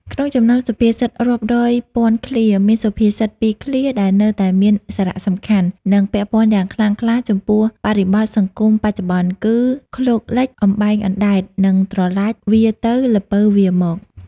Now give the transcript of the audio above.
ក្នុងចំណោមសុភាសិតរាប់រយពាន់ឃ្លា មានសុភាសិតពីរឃ្លាដែលនៅតែមានសារៈសំខាន់ និងពាក់ព័ន្ធយ៉ាងខ្លាំងក្លាចំពោះបរិបទសង្គមបច្ចុប្បន្ន គឺ "ឃ្លោកលិច អំបែងអណ្ដែត" និង "ត្រឡាចវារទៅ ល្ពៅវារមក"។